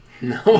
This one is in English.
no